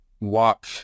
walk